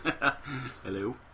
Hello